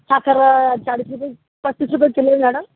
साखर चाळीस रुपये पस्तीस रुपये किलो आहे मॅडम